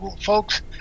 folks